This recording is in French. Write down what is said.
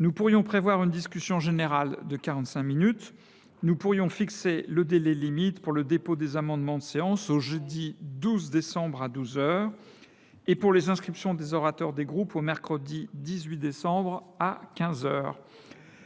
nous pourrions prévoir une discussion générale de quarante cinq minutes. En outre, nous pourrions fixer le délai limite pour le dépôt des amendements de séance au jeudi 12 décembre à douze heures, et pour les inscriptions des orateurs des groupes au mercredi 18 décembre à quinze heures.